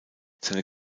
seine